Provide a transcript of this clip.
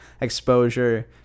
exposure